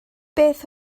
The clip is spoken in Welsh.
beth